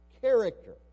character